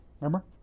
Remember